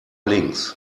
links